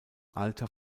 alter